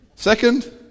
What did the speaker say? Second